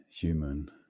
human